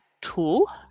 tool